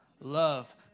Love